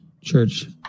church